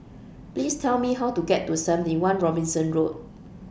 Please Tell Me How to get to seventy one Robinson Road